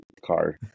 car